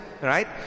right